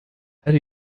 her